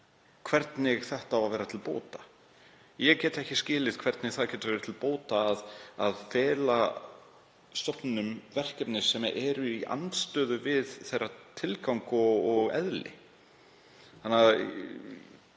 hvernig þetta á að vera til bóta. Ég get ekki skilið hvernig það getur verið til bóta að fela stofnunum verkefni sem eru í andstöðu við tilgang þeirra og eðli. Ég